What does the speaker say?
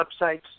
websites